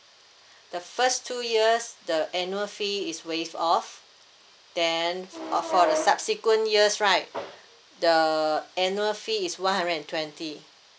the first two years the annual fee is waived off then f~ uh for the subsequent years right the annual fee is one hundred and twenty